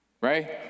Right